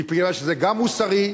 בגלל שזה גם מוסרי,